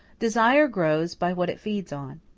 desire grows by what it feeds on.